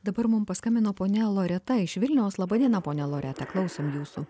dabar mum paskambino ponia loreta iš vilniaus laba diena ponia loreta klausom jūsų